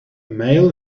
male